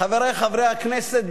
חברי חברי הכנסת,